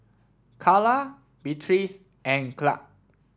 Carla Beatriz and Clark